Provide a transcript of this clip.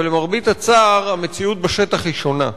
אבל למרבה הצער, המציאות בשטח היא שונה,